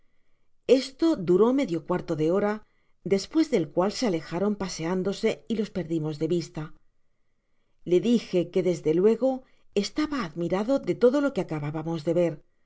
esto duró medio cuarto de hora despues del cual se alejaron paseándose y los perdimos de vista le dije que desde luego estaba admirado de todo lo que acabábamos de ver